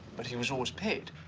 but he was always paid.